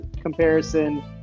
comparison